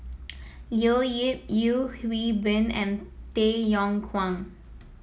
Leo Yip Yeo Hwee Bin and Tay Yong Kwang